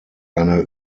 eine